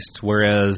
whereas